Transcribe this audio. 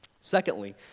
Secondly